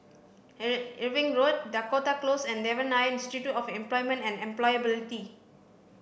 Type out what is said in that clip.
Irving Road Dakota Close and Devan Nair Institute of Employment and Employability